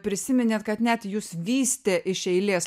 prisiminėt kad net jus vystė iš eilės